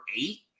eight